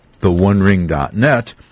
theonering.net